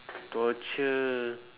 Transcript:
torture